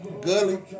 gully